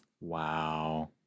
Wow